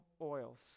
oils